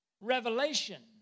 revelation